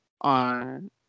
on